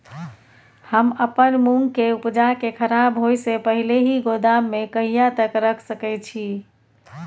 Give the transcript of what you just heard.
हम अपन मूंग के उपजा के खराब होय से पहिले ही गोदाम में कहिया तक रख सके छी?